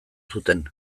zuten